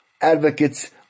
advocates